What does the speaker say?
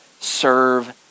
Serve